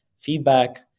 feedback